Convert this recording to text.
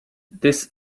this